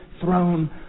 throne